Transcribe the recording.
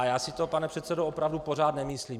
Já si to, pane předsedo, opravdu pořád nemyslím.